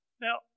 Now